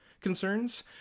concerns